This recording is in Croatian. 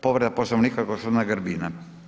Povreda Poslovnika gospodina Grbina.